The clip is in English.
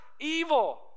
evil